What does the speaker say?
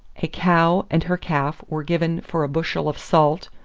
a cow and her calf were given for a bushel of salt,